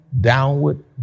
downward